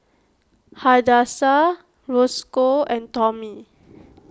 Hadassah Roscoe and Tomie